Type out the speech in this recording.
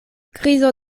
krizo